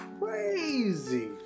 crazy